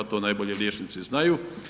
To najbolje liječnici znaju.